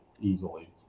easily